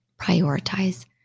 Prioritize